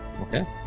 okay